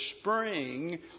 spring